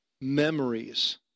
memories